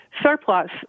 surplus